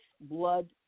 blood